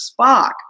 Spock